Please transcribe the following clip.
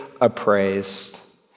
appraised